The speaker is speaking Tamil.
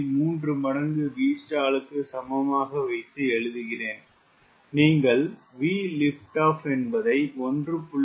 3 மடங்கு Vstall க்கு சமமாக வைத்து எழுதுகிறேன் நீங்கள் VLO என்பதை 1